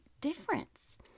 difference